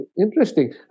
Interesting